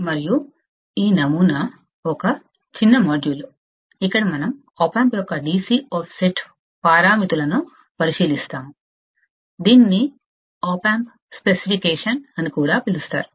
మరియు ఈ నమూనా ఒక చిన్న మాడ్యూల్ ఇక్కడ మనం ఆప్ ఆంప్ యొక్క DC ఆఫ్సెట్ పారామితులను పరిశీలిస్తాము దీనిని ఆప్ ఆంప్ స్పెసిఫికేషన్ అని కూడా పిలుస్తారు